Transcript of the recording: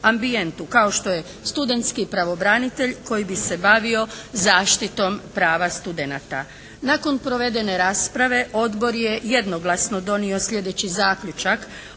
kao što je studentski pravobranitelj koji bi se bavio zaštitom prava studenata. Nakon provedene rasprave Odbor je jednoglasno donio sljedeći zaključak.